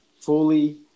fully